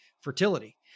fertility